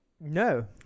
No